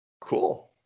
Cool